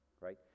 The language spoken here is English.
right